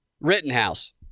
Rittenhouse